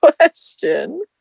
question